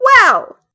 Wow